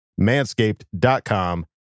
Manscaped.com